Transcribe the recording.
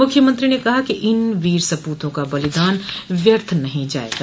मुख्यमंत्री ने कहा कि इन वीर सपूतों का बलिदान व्यर्थ नहीं जायेगा